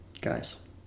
Guys